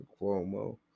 Cuomo